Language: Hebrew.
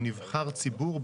הוא נבחר ציבור?